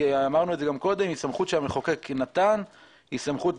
אמרנו גם קודם, המחוקק נתן אותה.